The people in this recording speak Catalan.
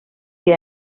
que